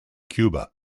cuba